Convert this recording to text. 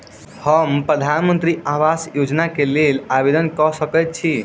हम प्रधानमंत्री आवास योजना केँ लेल आवेदन कऽ सकैत छी?